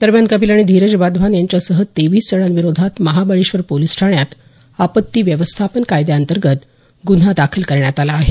दरम्यान कपिल आणि धीरज वाधवान यांच्यासह तेवीस जणांविरोधात महाबळेश्वर पोलिस ठाण्यात आपत्ती व्यवस्थापन कायद्यांतर्गत गुन्हा दाखल करण्यात आला आहे